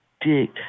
dick